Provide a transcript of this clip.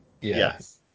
Yes